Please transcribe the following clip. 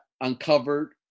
uncovered